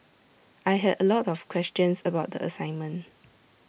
I had A lot of questions about the assignment